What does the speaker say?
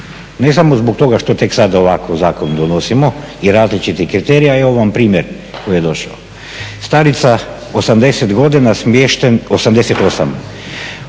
ne samo zbog toga što tek sad ovako zakon donosimo i različitih kriterija. Evo vam primjer koji je došao. Starica 80 godina smješten, 88